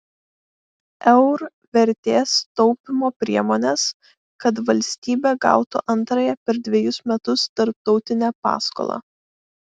eur vertės taupymo priemones kad valstybė gautų antrąją per dvejus metus tarptautinę paskolą